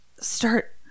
start